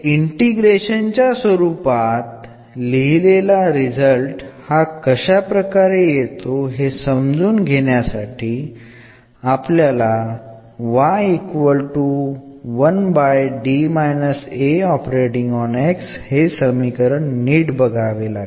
ഇന്റഗ്രലിന്റെ അടിസ്ഥാനത്തിൽ ഈ റിസൾട്ട് നമുക്ക് എങ്ങനെ ലഭിക്കുന്നുവെന്ന് കാണാൻ ഇവിടെ എന്ന് നൽകുക